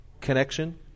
Connection